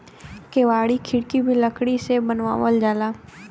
केवाड़ी खिड़की भी लकड़ी से बनावल जाला